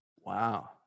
wow